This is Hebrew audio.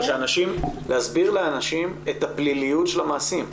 להסביר לאנשים את הפליליות של המעשים.